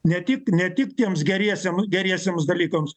ne tik ne tik tiems geriesiem geriesiems dalykams